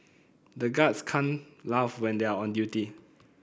the guards can't laugh when they are on duty